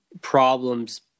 problems